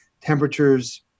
temperatures